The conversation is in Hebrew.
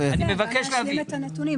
לפעמים צריך להשלים את הנתונים.